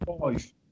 Five